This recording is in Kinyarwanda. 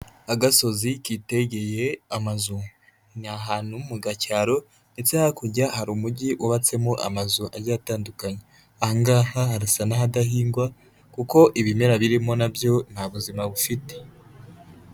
Agasozi kitegeye amazu, ni ahantu mu gacyaro ndetse hakurya hari umujyi wubatsemo amazu agiye atandukanye, aha ngaha harasa n'ahadahingwa kuko ibimera birimo nabyo nta buzima bifite.